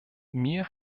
mir